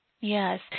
Yes